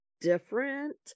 different